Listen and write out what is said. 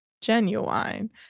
Genuine